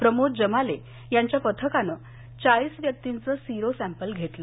प्रमोद जमाले यांच्या पथकानं चाळीस व्यक्तींचं सीरो सँम्पल घेतलं